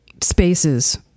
spaces